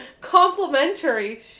Complimentary